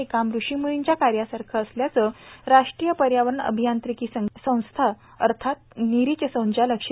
हे काम ऋषीम्रनींच्या कार्यासारखचं असल्याचं राष्ट्रीय पर्यावरण अभियांत्रिकी संख्या अर्थात नीरी चे संचालक श्री